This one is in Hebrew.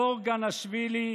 מור גאנאשווילי